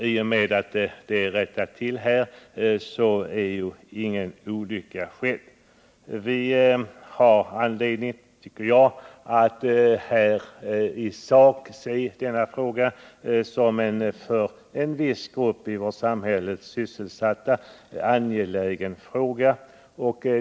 I och med att det rättats till här är ju ingen olycka skedd. Vi har anledning att i sak se denna fråga som mycket betydelsefull, främst för de i denna näring sysselsatta, men också för hela vårt samhälle.